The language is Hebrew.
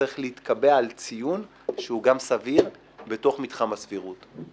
צריך להתקבע על ציון שהוא גם סביר בתוך מתחם הסבירות.